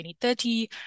2030